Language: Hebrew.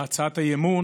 בהצעת האי-אמון,